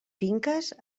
finques